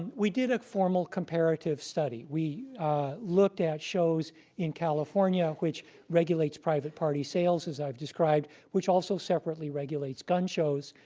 we did a formal comparative study. we looked at shows in california, which regulates private party sales as i've described, which also separately regulates gun shows,